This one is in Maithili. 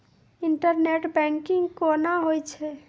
इंटरनेट बैंकिंग कोना होय छै?